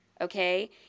okay